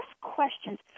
questions